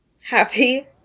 happy